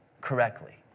correctly